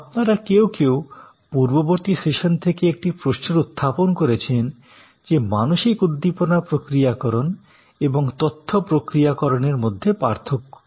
আপনারা কেউ কেউ পূর্ববর্তী সেশন থেকে একটি প্রশ্নের উত্থাপন করেছেন যে মানসিক উদ্দীপনা প্রক্রিয়াকরণ এবং তথ্য প্রক্রিয়াকরণের মধ্যে পার্থক্য কী